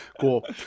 cool